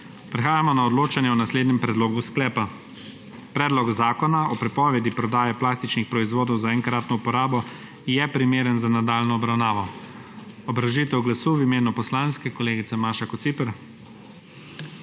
Prehajamo na odločanje o naslednjem predlogu sklepa: Predlog zakona o prepovedi prodaje plastičnih proizvodov za enkratno uporabo je primeren za nadaljnjo obravnavo. Obrazložitev glasu v imenu poslanske, kolegica Maša Kociper.